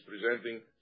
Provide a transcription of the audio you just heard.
presenting